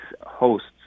hosts